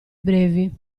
brevi